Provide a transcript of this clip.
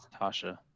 Tasha